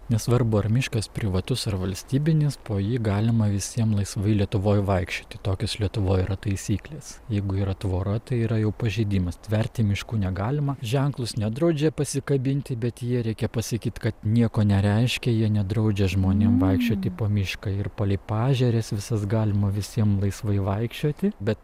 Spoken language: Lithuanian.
nesvarbu ar miškas privatus ar valstybinis po jį galima visiem laisvai lietuvoj vaikščioti tokios lietuvoj yra taisyklės jeigu yra tvora tai yra jau pažeidimas tverti miškų negalima ženklus nedraudžia pasikabinti bet jie reikia pasakyt kad nieko nereiškia jie nedraudžia žmonėm vaikščioti po mišką ir palei paežeres visas galima visiem laisvai vaikščioti bet